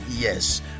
yes